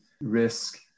risk